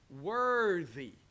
worthy